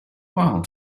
while